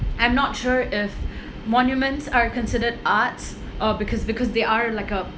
I'm not sure if monuments are considered arts uh because because they are like a